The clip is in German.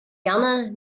gerne